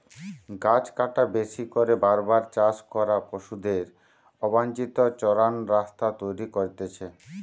গাছ কাটা, বেশি করে বার বার চাষ করা, পশুদের অবাঞ্চিত চরান রাস্তা তৈরী করতিছে